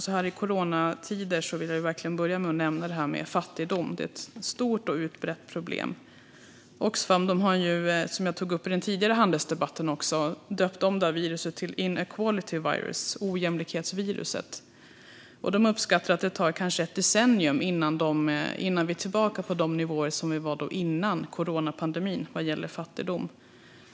Så här i coronatider vill jag verkligen börja med att nämna fattigdom, som är ett stort och utbrett problem. Oxfam har, som jag tog upp i den tidigare handelsdebatten, döpt om det här viruset till the inequality virus, ojämlikhetsviruset. De uppskattar att det kanske tar ett decennium innan vi är tillbaka på nivåerna innan coronapandemin vad gäller fattigdom.